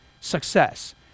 Success